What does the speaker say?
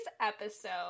episode